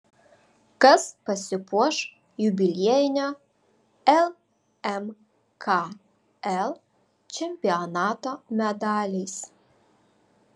kas pasipuoš jubiliejinio lmkl čempionato medaliais